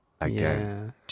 again